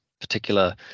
particular